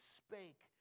spake